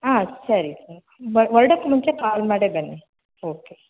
ಹಾಂ ಸರಿ ಬ ಹೊರ್ಡಕ್ ಮುಂಚೆ ಕಾಲ್ ಮಾಡೇ ಬನ್ನಿ ಓಕೆ